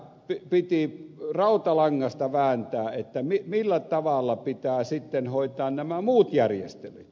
sitä piti rautalangasta vääntää millä tavalla pitää sitten hoitaa nämä muut järjestelyt